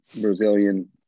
Brazilian